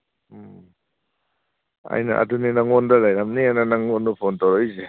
ꯎꯝ ꯑꯩꯅ ꯑꯗꯨꯅꯦ ꯅꯉꯣꯟꯗ ꯂꯩꯔꯝꯅꯦꯅ ꯅꯪꯉꯣꯟꯗ ꯐꯣꯟ ꯇꯧꯔꯛꯏꯁꯦ